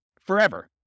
forever